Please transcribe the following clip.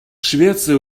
швеция